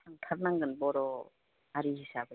थांथारनांगोन बर' हारि हिसाबै